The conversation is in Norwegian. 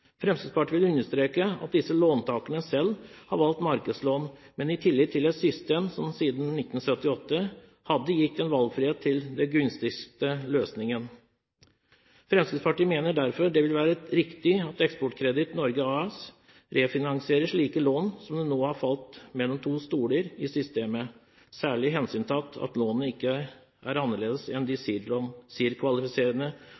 Fremskrittspartiet vil understreke at disse låntakerne selv har valgt markedslån, men i tillit til et system som siden 1978 hadde gitt en valgfrihet til den gunstigste løsningen. Fremskrittspartiet mener derfor det vil være riktig at Eksportkreditt Norge AS refinansierer slike lån som nå har falt mellom to stoler i systemet, særlig hensyntatt at lånene ikke er annerledes enn de